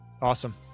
awesome